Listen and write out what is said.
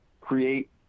create